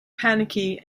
panicky